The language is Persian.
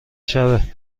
شبه